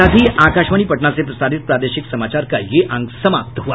इसके साथ ही आकाशवाणी पटना से प्रसारित प्रादेशिक समाचार का ये अंक समाप्त हुआ